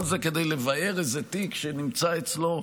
כל זה כדי לבער איזה תיק שנמצא אצלו,